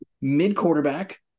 mid-quarterback